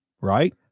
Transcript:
right